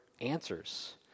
answers